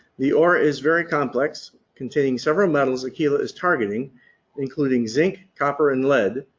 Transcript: the ore is very complex, containing several metals aquila is targeting including zinc, copper, and lead.